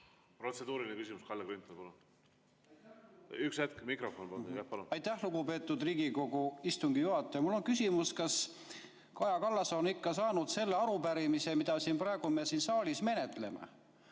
Aitäh, lugupeetud Riigikogu istungi juhataja! Mul on küsimus, kas Kaja Kallas on ikka saanud selle arupärimise, mida me praegu siin saalis menetleme.